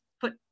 put